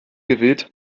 gewillt